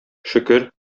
шөкер